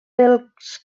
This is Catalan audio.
dels